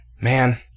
Man